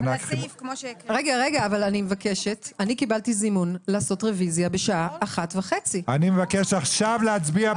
אני קיבלתי זימון לעשות רוויזיה בשעה 13:30. אני מבקש עכשיו להצביע,